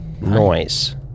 Noise